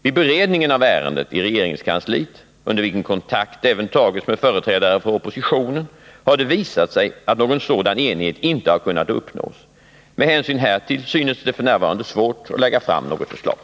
Vid beredningen av ärendet i regeringskansliet, under vilken kontakt även har tagits med företrädare för oppositionen, har det visat sig att någon sådan enighet inte har kunnat uppnås. Med hänsyn härtill synes det f. n. svårt att lägga fram något förslag.